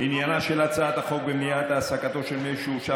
עניינה של הצעת החוק במניעת העסקתו של מי שהורשע